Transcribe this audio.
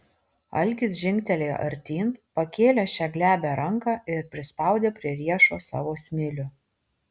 algis žingtelėjo artyn pakėlė šią glebią ranką ir prispaudė prie riešo savo smilių